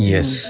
Yes